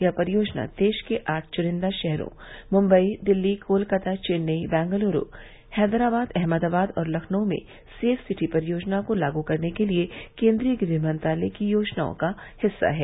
यह परियोजना देश के आठ चुनिन्दा शहरों मुंबई दिल्ली कोलकाता चेन्नई बैंगलुरू हैदराबाद अहमदाबाद और लखनऊ में सेफ सिटी परियोजनाओं को लागू करने के लिए केन्द्रीय गृह मंत्रालय की योजनाओं का एक हिस्सा है